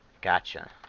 Gotcha